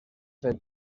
fet